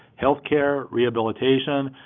health care, rehabilitation,